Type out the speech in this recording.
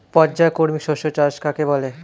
পর্যায়ক্রমিক শস্য চাষ কাকে বলে?